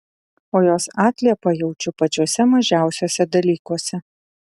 o jos atliepą jaučiu pačiuose mažiausiuose dalykuose